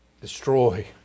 destroy